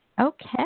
Okay